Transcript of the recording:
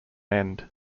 end